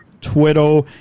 Twitter